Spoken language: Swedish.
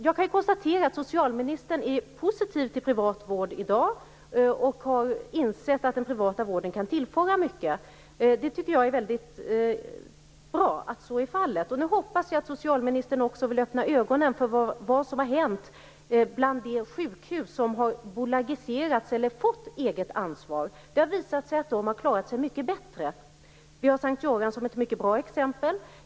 Jag kan konstatera att socialministern i dag är positiv till privat vård och att hon har insett att den privata vården kan tillföra mycket. Det är bra att så är fallet. Jag hoppas att socialministern också vill öppna ögonen för vad som har hänt bland de sjukhus som har bolagiserats eller fått eget ansvar. Det har visat sig att de har klarat sig mycket bättre. S:t Göran är ett mycket bra exempel.